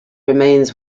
remains